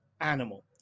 animal